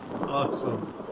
Awesome